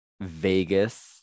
Vegas